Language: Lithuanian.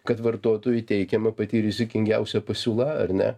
kad vartotojui teikiama pati rizikingiausia pasiūla ar ne